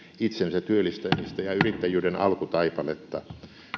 itsensä työllistämistä ja yrittäjyyden alkutaipaletta